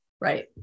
Right